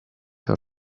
your